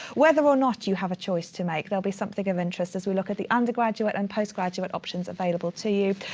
whether or not you have a choice to make, they'll be something of interest as we look at the undergraduate and post-graduate options available to you.